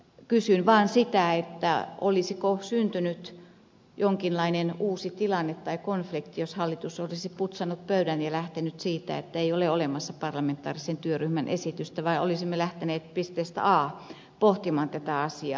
kysyn vaan sitä olisiko syntynyt jonkinlainen uusi tilanne tai konflikti jos hallitus olisi putsannut pöydän ja lähtenyt siitä että ei ole olemassa parlamentaarisen työryhmän esitystä vaan olisimme lähteneet pisteestä a pohtimaan tätä asiaa